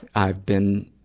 i've been,